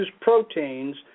proteins